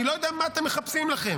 אני לא יודע מה אתם מחפשים לכם.